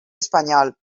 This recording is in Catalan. espanyol